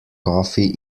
coffee